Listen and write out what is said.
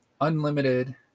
unlimited